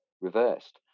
reversed